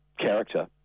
character